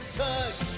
touch